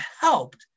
helped